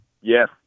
yes